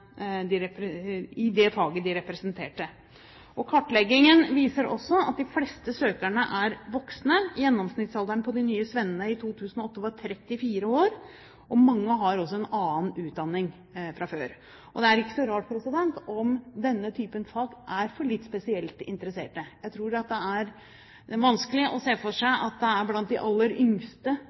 representerte. Kartleggingen viser også at de fleste søkerne er voksne. Gjennomsnittsalderen på de nye svennene i 2008 var 34 år, og mange har også en annen utdanning fra før. Det er ikke så rart om denne type fag er for litt spesielt interesserte. Jeg tror det er vanskelig å se for seg at det er blant de aller yngste